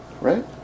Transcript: right